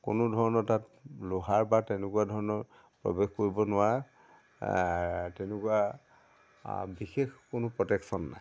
কোনো ধৰণৰ তাত লোহাৰ বা তেনেকুৱা ধৰণৰ প্ৰৱেশ কৰিব নোৱাৰা তেনেকুৱা বিশেষ কোনো প্ৰটেকশ্যন নাই